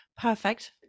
Perfect